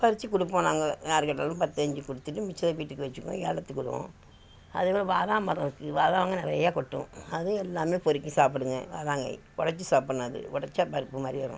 பறித்து கொடுப்போம் நாங்கள் யார் கேட்டாலும் பத்து அஞ்சு கொடுத்துட்டு மிச்சதை வீட்டுக்கு வச்சிக்குவோம் ஏலத்துக்கு விடுவோம் அதேபோல் வாதா மரம் இருக்குது வாதாங்காய் நிறையா கொட்டும் அது எல்லாம் பொருக்கி சாப்பிடுங்க வாதாங்காய் உடைச்சி சாப்பிட்ணும் அது உடச்சா பருப்புமாதிரி வரும்